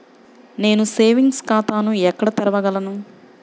నేను సేవింగ్స్ ఖాతాను ఎక్కడ తెరవగలను?